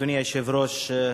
אדוני היושב-ראש,